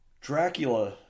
Dracula